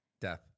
Death